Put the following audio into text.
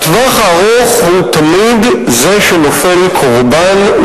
הטווח הארוך הוא תמיד זה שנופל קורבן,